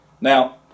Now